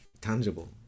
tangible